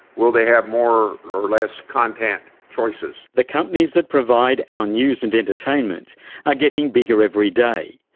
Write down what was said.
will they have more or less content choices? the companies that provide our news and entertainment are getting bigger every day.